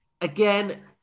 again